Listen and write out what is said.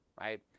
right